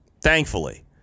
thankfully